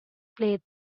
plate